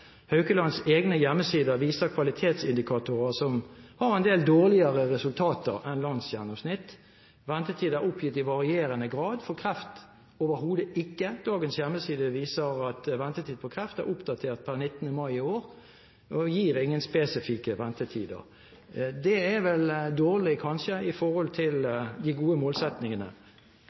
Haukelands egne hjemmesider viser kvalitetsindikatorer som har en del dårligere resultater enn landsgjennomsnittet. Ventetid er oppgitt i varierende grad – for kreft overhodet ikke. Dagens hjemmeside viser at ventetid på kreft er oppdatert 19. mai i år, og gir ingen spesifikke ventetider. Det er vel kanskje dårlig i forhold til de gode